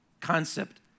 concept